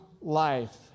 life